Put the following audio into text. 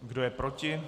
Kdo je proti?